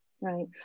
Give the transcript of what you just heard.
Right